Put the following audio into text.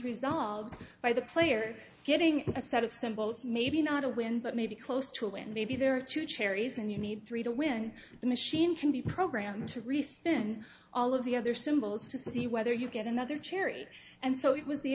resolved by the player getting a set of symbols maybe not a win but maybe close to and maybe there are two cherries and you need three to when the machine can be programmed to respond in all of the other symbols to see whether you get another cherry and so it was the